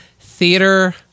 theater